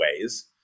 ways